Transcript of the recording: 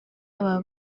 aba